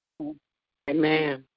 Amen